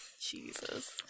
Jesus